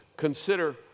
Consider